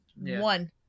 one